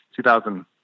2000